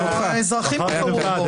האזרחים בחרו בו.